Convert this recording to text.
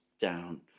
down